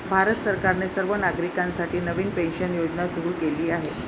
भारत सरकारने सर्व नागरिकांसाठी नवीन पेन्शन योजना सुरू केली आहे